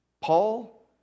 Paul